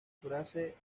frase